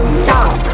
stop